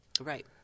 Right